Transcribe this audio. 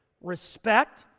respect